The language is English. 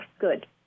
good